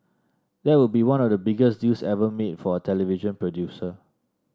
that would be one of the biggest deals ever made for a television producer